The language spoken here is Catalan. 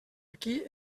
aquí